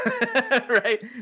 right